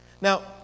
Now